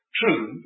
true